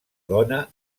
dona